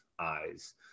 eyes